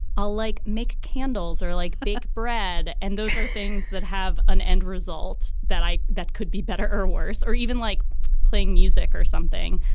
ah like make candles or like bake bread. and those are things that have an end result that i that could be better or worse or even like playing music or something.